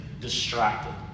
distracted